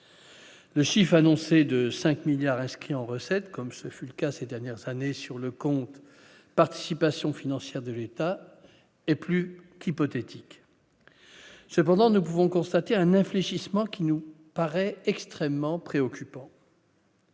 le chiffre annoncé de 5 milliards inscrits en recettes, comme ce fut le cas ces dernières années sur le compte, participation financière de l'État et plus qu'hypothétique, cependant nous pouvons constater un infléchissement qui nous paraît extrêmement préoccupant.